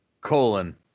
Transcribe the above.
Colon